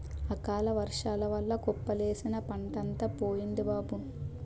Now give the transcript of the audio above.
అకాలవర్సాల వల్ల కుప్పలేసిన పంటంతా పోయింది బాబూ